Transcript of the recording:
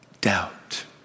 Doubt